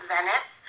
Venice